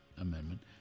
Amendment